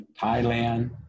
Thailand